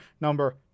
number